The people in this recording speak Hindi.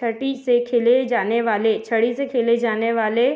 छटी से खेले जाने वाले छड़ी से खेले जाने वाले